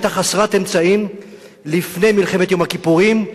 שהיתה חסרת אמצעים לפני מלחמת יום הכיפורים,